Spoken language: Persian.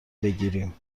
بگیریم